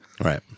Right